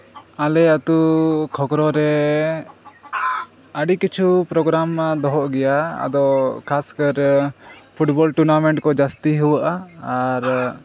ᱟᱞᱮ ᱟᱹᱛᱳ ᱠᱷᱚᱠᱨᱚ ᱨᱮ ᱟᱹᱰᱤ ᱠᱤᱪᱷᱩ ᱯᱨᱳᱜᱨᱟᱢ ᱫᱚᱦᱚᱜ ᱜᱮᱭᱟ ᱟᱫᱚ ᱠᱷᱟᱥ ᱠᱟᱭ ᱨᱮ ᱯᱷᱩᱴᱵᱚᱞ ᱴᱩᱨᱱᱟᱢᱮᱱᱴ ᱠᱚ ᱡᱟᱹᱥᱛᱤ ᱦᱩᱭᱩᱜᱼᱟ ᱟᱨ